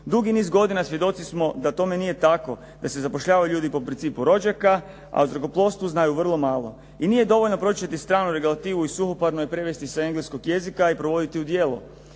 Dugi niz godina svjedoci smo da tome nije tako, da se zapošljavaju ljudi po principu rođaka, a o zrakoplovstvu znaju vrlo malo. I nije dovoljno proučiti stranu regulativu i suhoparno je prevesti sa engleskog jezika i provoditi u djelo.